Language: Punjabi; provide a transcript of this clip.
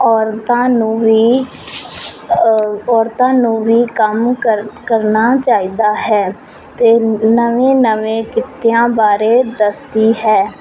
ਔਰਤਾਂ ਨੂੰ ਵੀ ਔਰਤਾਂ ਨੂੰ ਵੀ ਕੰਮ ਕਾਰ ਕਰਨਾ ਚਾਹੀਦਾ ਹੈ ਅਤੇ ਨਵੀਂ ਨਵੇਂ ਕਿੱਤਿਆਂ ਬਾਰੇ ਦੱਸਦੀ ਹੈ